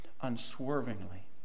unswervingly